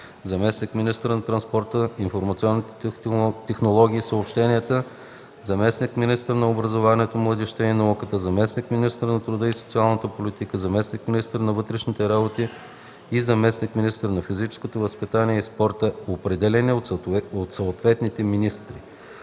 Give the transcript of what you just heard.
заместник-министър на транспорта, информационните технологии и съобщенията, заместник-министър на образованието, младежта и науката, заместник-министър на труда и социалната политика, заместник-министър на вътрешните работи и заместник-министър на физическото възпитание и спорта, определени от съответните министри;